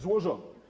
Złożone.